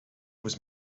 was